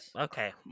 Okay